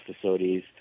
facilities